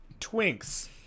Twinks